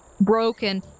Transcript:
broken